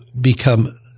become